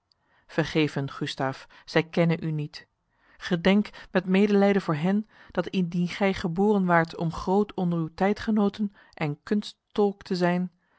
hun gustaf zij kennen u niet gedenk met medelijden voor hen dat indien gij geboren waart om groot onder uw tijdgenoten en kunsttolk te zijn